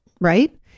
right